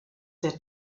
der